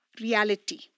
reality